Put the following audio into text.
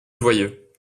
joyeux